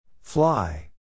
Fly